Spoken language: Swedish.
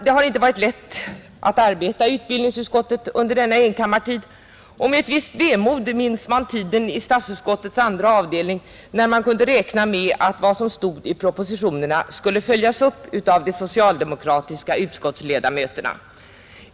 Det har inte varit lätt att arbeta i utbildningsutskottet under denna enkammartid, och med ett visst vemod minns man tiden i statsutskottets andra avdelning, när man kunde räkna med att vad som stod i propositionerna skulle följas upp av de socialdemokratiska utskottsledamöterna.